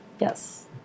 yes